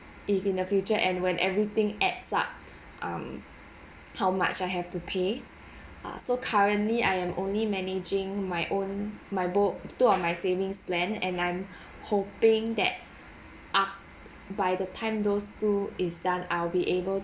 if in the future and when everything adds up um how much I have to pay ah so currently I am only managing my own my both two of my savings plan and I'm hoping that ah by the time those two is done I'll be able